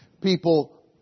people